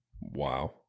wow